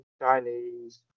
Chinese